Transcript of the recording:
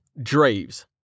Draves